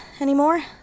anymore